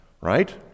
right